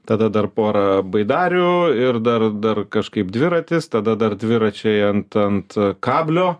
tada dar porą baidarių ir dar dar kažkaip dviratis tada dar dviračiai ant ant kablio